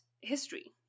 history